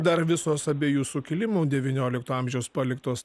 dar visos abiejų sukilimų devyniolikto amžiaus paliktos